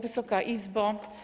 Wysoka Izbo!